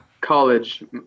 college